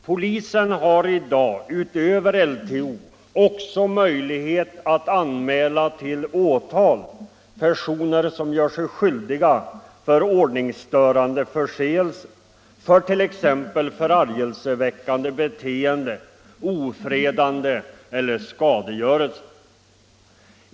Polisen har i dag utöver LTO också möjlighet att till åtal anmäla personer som gör sig skyldiga till ordningsstörande förseelser, t.ex. förargelseväckande beteende, ofredande eller skadegörelse.